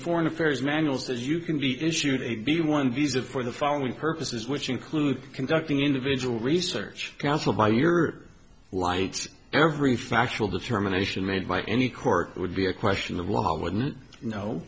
foreign affairs manual says you can be issued a b one visa for the following purposes which include conducting individual research council by your lights every factual determination made by any court would be a question of law wouldn't know